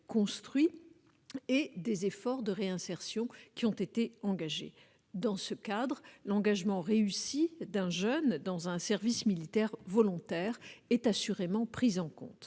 et des efforts de réinsertion engagés. Dans ce cadre, l'engagement réussi d'un jeune dans un service militaire volontaire est assurément pris en compte.